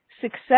success